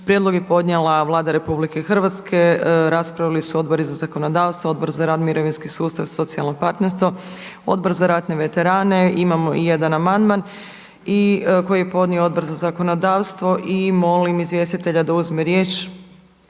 Prijedlog je podnijela Vlada RH. Raspravili su Odbori za zakonodavstvo, Odbor za rad, mirovinski sustav, socijalno partnerstvo, Odbor za ratne veterane. Imamo i jedan amandman koji je podnio Odbor za zakonodavstvo i molim izvjestitelja da uzme riječ.